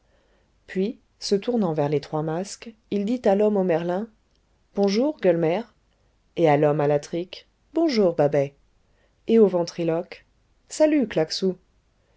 puis se tournant vers les trois masques il dit à l'homme au merlin bonjour gueulemer et à l'homme à la trique bonjour babet et au ventriloque salut